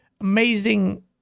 amazing